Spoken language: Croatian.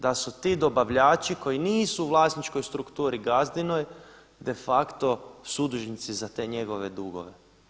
Da su ti dobavljači koji nisu u vlasničkoj strukturi gazdinoj de facto sudužnici za te njegove dugove.